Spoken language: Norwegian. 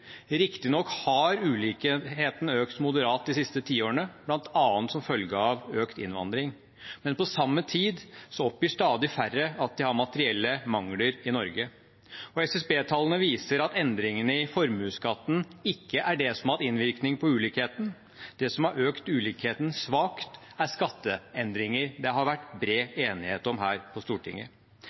Riktignok har ulikheten økt moderat de siste tiårene, bl.a. som følge av økt innvandring, men på samme tid oppgir stadig færre i Norge at de har materielle mangler. SSB-tallene viser også at endringene i formuesskatten ikke har hatt innvirkning på ulikheten. Det som har økt ulikheten svakt, er skatteendringer det har vært bred enighet om her på Stortinget.